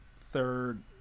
third